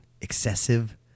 Excessive